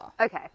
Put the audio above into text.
okay